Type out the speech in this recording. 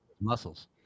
Muscles